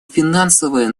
финансовое